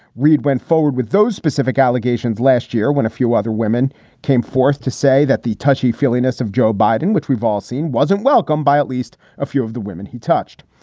reid went forward with those specific allegations last year when a few other women came forth to say that the touchy feely ness of joe biden, which we've all seen, wasn't welcome by at least a few of the women he touched.